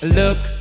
look